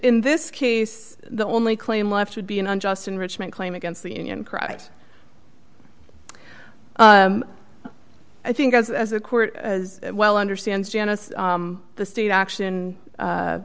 in this case the only claim left would be an unjust enrichment claim against the union crowd i think as a court as well understands janos the state action